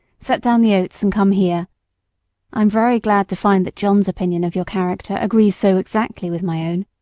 set down the oats and come here i am very glad to find that john's opinion of your character agrees so exactly with my own.